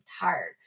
tired